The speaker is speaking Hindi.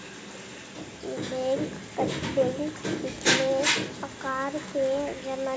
बैंक कितने प्रकार के ऋण देता है?